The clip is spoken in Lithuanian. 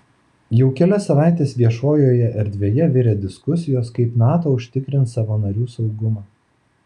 jau kelias savaites viešojoje erdvėje virė diskusijos kaip nato užtikrins savo narių saugumą